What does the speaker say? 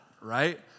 right